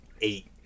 eight